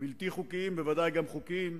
בלתי חוקיים, בוודאי גם חוקיים,